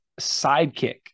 Sidekick